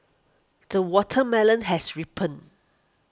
the watermelon has ripened